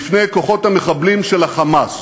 לפני כוחות המחבלים של ה"חמאס".